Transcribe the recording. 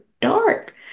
dark